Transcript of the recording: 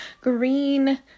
green